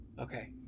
Okay